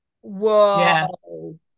Whoa